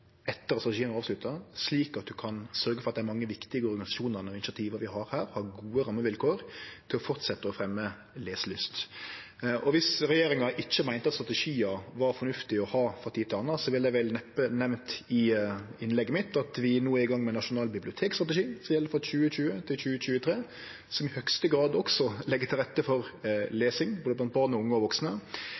avslutta, slik at ein kan sørgje for at dei mange viktige organisasjonane og initiativa vi har her, har gode rammevilkår til å fortsetje å fremje leselyst. Viss regjeringa ikkje meinte at strategiar var fornuftige å ha frå tid til anna, ville eg neppe nemnt i innlegget mitt at vi no er i gang med nasjonal bibliotekstrategi, som gjeld frå 2020 til 2023, som i høgste grad også legg til rette for lesing, både blant barn, unge og vaksne.